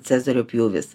cezario pjūvis